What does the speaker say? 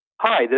Hi